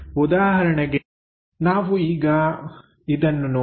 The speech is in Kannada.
ಉದಾಹರಣೆಗೆ ನಾವು ಈಗ ಇದನ್ನು ನೋಡೋಣ